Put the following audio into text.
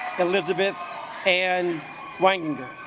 elizabeth and langdon